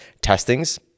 testing's